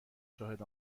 شاهد